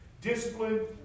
discipline